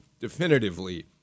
definitively